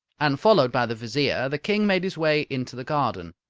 and, followed by the vizier, the king made his way into the garden.